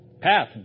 path